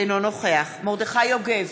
אינו נוכח מרדכי יוגב,